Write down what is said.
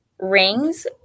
rings